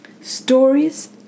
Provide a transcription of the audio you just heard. Stories